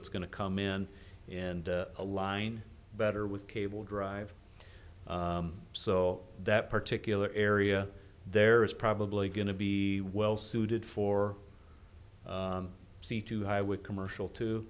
it's going to come in and a line better with cable drive so that particular area there is probably going to be well suited for c too high with commercial